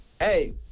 hey